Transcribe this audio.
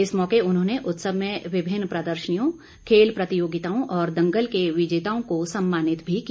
इस मौके उन्होंने उत्सव में विभिन्न प्रदर्शनियों खेल प्रतियोगिताओं और दंगल के विजेताओं को सम्मानित भी किया